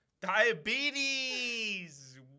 Diabetes